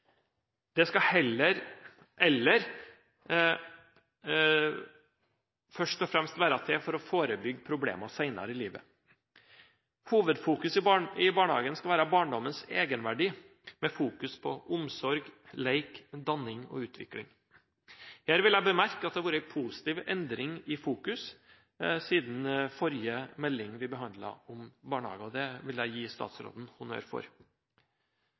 Det skal heller først og fremst være at det forebygger problem senere i livet. Hovedfokuset i barnehagen skal være barndommens egenverdi med fokus på omsorg, lek, danning og utvikling. Jeg vil bemerke at det har vært en positiv endring i fokus siden forrige melding om barnehagen. Det vil jeg gi statsråden honnør for.